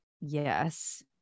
Yes